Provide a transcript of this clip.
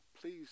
please